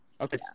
okay